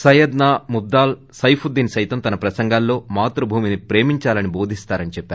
సయ్యద్నా ముస్దాల్ సైఫుద్దీన్ సైతం తన ప్రసంగాల్లో మాతృభూమిని ప్రేమిందాలనీ బోధిస్తారని చెప్పారు